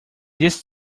this